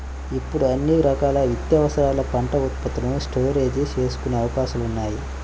ఇప్పుడు అన్ని రకాల నిత్యావసరాల పంట ఉత్పత్తులను స్టోరేజీ చేసుకునే అవకాశాలున్నాయి